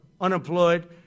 unemployed